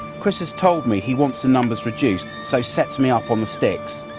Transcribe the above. chris has told me he wants the numbers reduced. so sets me up on the sticks.